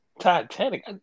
Titanic